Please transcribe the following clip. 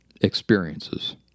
experiences